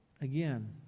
Again